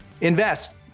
invest